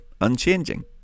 unchanging